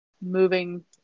Moving